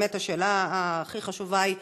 באמת, השאלה הכי חשובה היא: